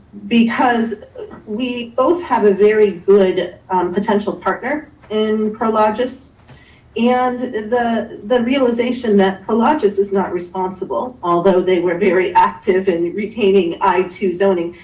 because we both have a very good potential partner in prologis and the the realization that prologis is not responsible, although they were very active in retaining i two zoning.